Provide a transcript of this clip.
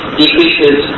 decreases